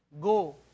go